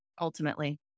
ultimately